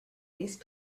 these